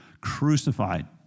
crucified